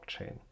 blockchain